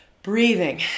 Breathing